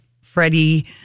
Freddie